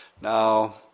Now